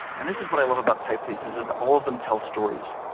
and this is what i love about typefaces, is that all of them tell stories.